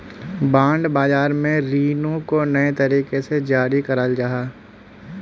bond बाज़ार में रीनो को नए तरीका से जारी कराल जाहा